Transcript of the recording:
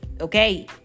Okay